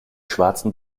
schwarzen